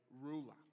ruler